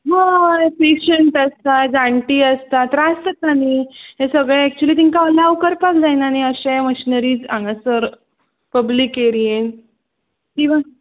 हय पेशेंट आसा जाणटी आसतात त्रास जाता न्ही हें सगळें एक्चुली तांकां एलाव करपाक जायना न्ही अशें मशिनरीज हांगा सर पब्लीक एरीयेंत इवन